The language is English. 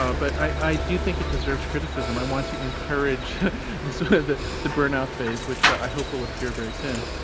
ah but i i do think it deserves criticism i want to encourage the sort of the burn-out phase, which i hope will appear very soon.